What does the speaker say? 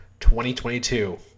2022